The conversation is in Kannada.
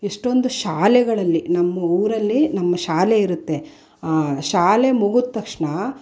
ಎಷ್ಟೋಂದು ಶಾಲೆಗಳಲ್ಲಿ ನಮ್ಮ ಊರಲ್ಲಿ ನಮ್ಮ ಶಾಲೆ ಇರುತ್ತೆ ಶಾಲೆ ಮುಗಿದ ತಕ್ಷಣ